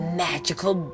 magical